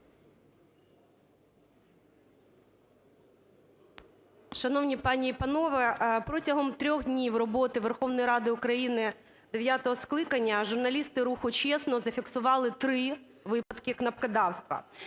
Шановні пані і панове, протягом 3 днів роботи Верховної Ради України дев'ятого скликання журналісти руху "Чесно" зафіксували 3 випадки кнопкодавства.